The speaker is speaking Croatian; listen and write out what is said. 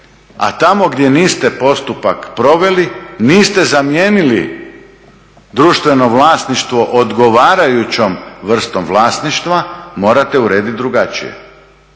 a tamo gdje niste postupak proveli niste zamijenili društveno vlasništvo odgovarajućom vrstom vlasništva, morate urediti drugačije.